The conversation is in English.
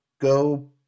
go